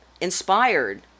inspired